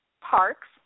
parks